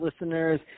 listeners